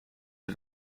hij